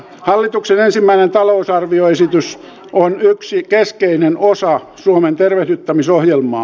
hallituksen ensimmäinen talousarvioesitys on yksi keskeinen osa suomen tervehdyttämisohjelmaa